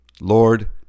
Lord